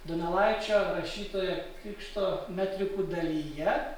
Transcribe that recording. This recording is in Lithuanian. donelaičio rašytoje krikšto metrikų dalyje